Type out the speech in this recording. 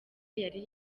yari